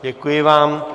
Děkuji vám.